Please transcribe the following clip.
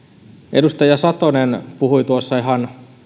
edustaja satonen puhui tuossa ihan